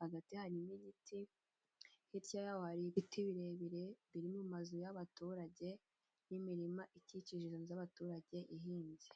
hagati n'igiti, hirya ibiti birebire biri mu mazu y'abaturage n'imirima ikikijwe inzu z'abaturage ihinze.